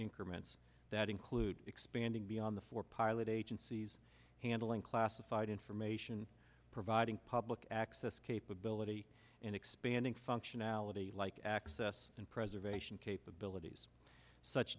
increment that include expanding beyond the four pilot agencies handling classified information providing public access capability and expanding functionality like access and preservation capabilities such